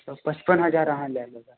तऽ पचपन हजार अहाँ लए लेबै